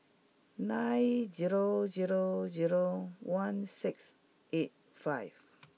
nine zero zero zero one six eight five